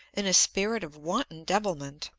in a spirit of wanton devilment,